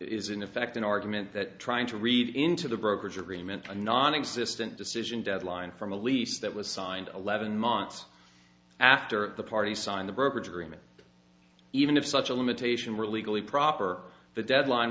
is in effect an argument that trying to read into the brokerage agreement to a nonexistent decision deadline from a lease that was signed eleven months after the party signed the brokerage agreement even if such a limitation were legally proper the deadline